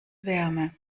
wärme